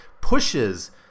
pushes